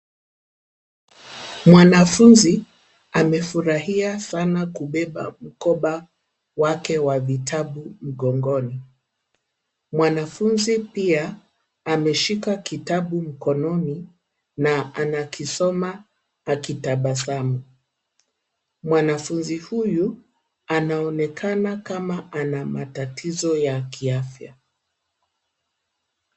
Mwanafunzi amefurahia sana kubeba mkoba wake wa vitabu mgongoni. Mwanafunzi pia ameshika kitabu mkononi na anakisoma akitabasamu. Mwanafunzi huyu anaonekana kama ana matatizo ya kiafya.